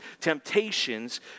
temptations